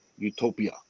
Utopia